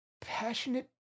passionate